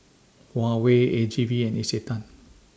Huawei A G V and Isetan